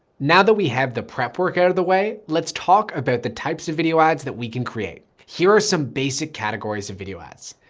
now that we have the prep work out of the way. let's talk about the types of video ads that we can create. here are some basic categories of video ads.